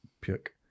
puke